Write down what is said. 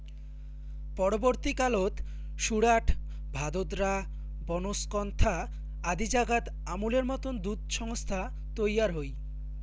পরবর্তী কালত সুরাট, ভাদোদরা, বনস্কন্থা আদি জাগাত আমূলের মতন দুধ সংস্থা তৈয়ার হই